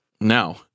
now